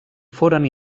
foren